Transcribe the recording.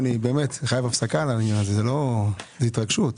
זו התרגשות.